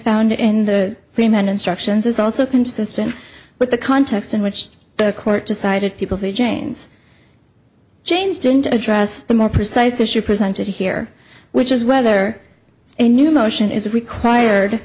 found in the freemen instructions is also consistent with the context in which the court decided people who james james didn't address the more precise issue presented here which is whether a new motion is required